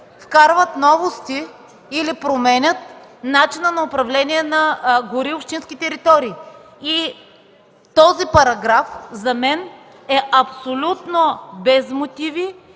вкарват новости или променят начина на управление на гори – общински територии. И този параграф за мен е абсолютно без мотиви,